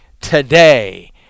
today